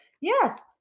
Yes